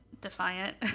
defiant